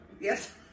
yes